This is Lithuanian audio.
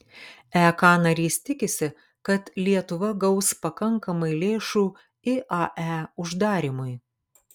ek narys tikisi kad lietuva gaus pakankamai lėšų iae uždarymui